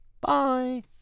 Bye